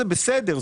זה בסדר,